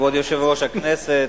כבוד יושב-ראש הכנסת,